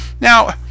Now